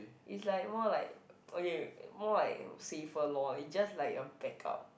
is like more like okay more like safer lor it just like a backup